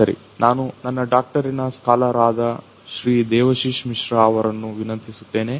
ಸರಿ ನಾನು ನನ್ನ ಡಾಕ್ಟರಿನ ಸ್ಕಾಲರ್ ಆದ ಶ್ರೀ ದೇವಶಿಶ್ ಮಿಶ್ರಾ ಅವರನ್ನು ವಿನಂತಿಸುತ್ತೇನೆ